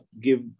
give